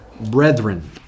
brethren